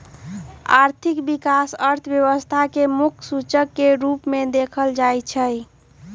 आर्थिक विकास अर्थव्यवस्था के मुख्य सूचक के रूप में देखल जाइ छइ